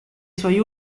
suoi